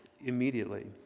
immediately